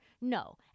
No